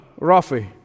Rafi